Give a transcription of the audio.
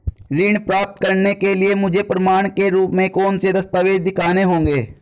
ऋण प्राप्त करने के लिए मुझे प्रमाण के रूप में कौन से दस्तावेज़ दिखाने होंगे?